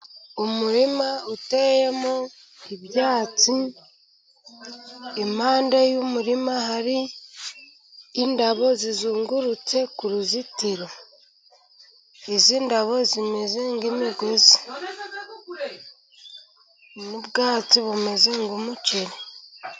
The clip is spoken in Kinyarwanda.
Umurima uteyemo ibyatsi, impande y'umurima hari indabo zizungurutse ku ruzitiro. Izi ndabo zimeze nk'imigozi, n'ubwatsi bumeze nk'umuceri.